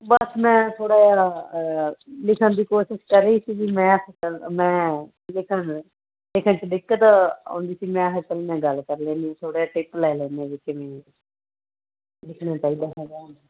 ਬਸ ਮੈਂ ਥੋੜ੍ਹਾ ਲਿਖਣ ਦੀ ਕੋਸ਼ਿਸ਼ ਕਰ ਰਹੀ ਸੀਗੀ ਮੈਂ ਮੈਂ ਲਿਖਣ ਲਿਖਣ 'ਚ ਦਿੱਕਤ ਆਉਂਦੀ ਸੀਗੀ ਮੈਂ ਕਿਹਾ ਮੈਂ ਚੱਲ ਗੱਲ ਕਰ ਲੈਂਦੀ ਥੋੜ੍ਹਾ ਟਿਪ ਲੈ ਲੈਂਦੀ ਵੀ ਕਿਵੇਂ ਲਿਖਣਾ ਚਾਹੀਦਾ ਹੈਗਾ